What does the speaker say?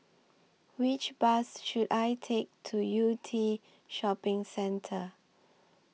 Which Bus should I Take to Yew Tee Shopping Centre